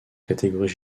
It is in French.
catégories